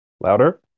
Louder